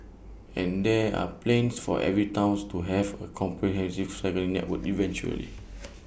and there are plans for every towns to have A comprehensive cycling network eventually